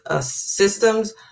systems